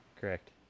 correct